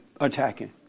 attacking